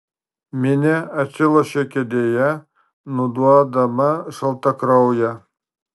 minė atsilošė kėdėje nuduodama šaltakrauję